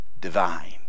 divine